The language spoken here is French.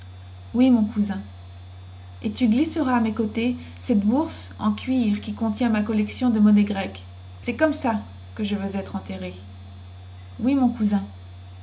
oui mon cousin et tu glisseras à mes côtés cette bourse en cuir qui contient ma collection de monnaies grecques cest comme ça que je veux être enterré oui mon cousin